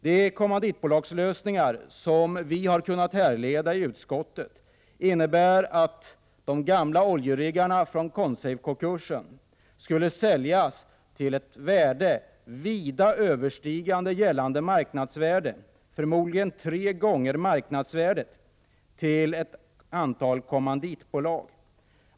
De kommanditbolagslösningar som vi har kunnat härleda i utskottet innebär att de gamla oljeriggarna från Consafe-konkursen skulle säljas till ett värde, vida överstigande gällande marknadsvärde — förmodligen tre gånger marknadsvärdet — till ett antal kommanditbolag.